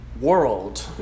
world